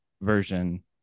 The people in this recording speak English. version